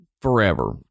Forever